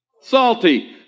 salty